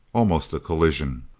almost a collision.